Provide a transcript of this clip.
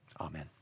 Amen